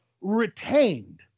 retained